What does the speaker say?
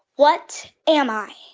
what am i?